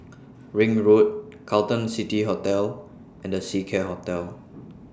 Ring Road Carlton City Hotel and The Seacare Hotel